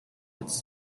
its